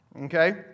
Okay